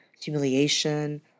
humiliation